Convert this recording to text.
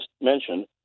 mentioned